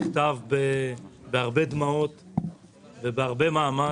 הוא נכתב בהרבה דמעות ועם הרבה מאמץ.